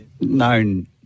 known